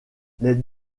les